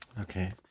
Okay